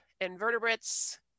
invertebrates